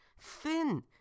thin